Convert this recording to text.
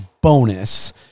bonus